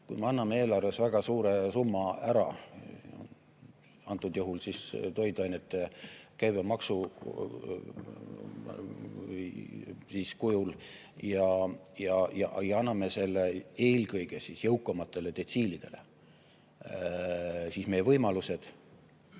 Kui me anname eelarves väga suure summa ära, antud juhul toiduainete käibemaksu kujul, ja anname selle eelkõige jõukamatele detsiilidele, siis meie võimalused